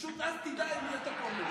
פשוט אז תדע למי אתה פונה.